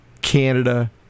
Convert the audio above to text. Canada